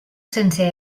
sense